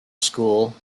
school